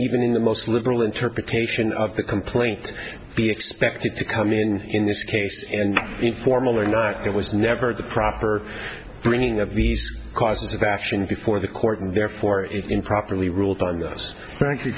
even in the most liberal interpretation of the complaint be expected to come in in this case and informal or not it was never the proper bringing of these causes of action before the court and therefore it improperly ruled on